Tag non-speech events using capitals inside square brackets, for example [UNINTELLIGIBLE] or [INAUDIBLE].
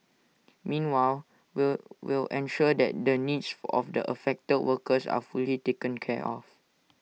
meanwhile will will ensure that the needs [UNINTELLIGIBLE] of the affected workers are fully taken care of